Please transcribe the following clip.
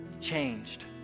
changed